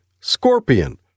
scorpion